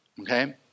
okay